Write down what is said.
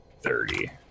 thirty